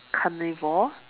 carnivore